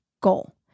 goal